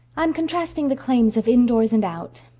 i'm contrasting the claims of indoors and out,